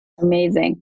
Amazing